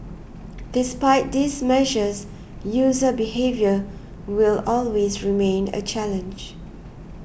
despite these measures user behaviour will always remain a challenge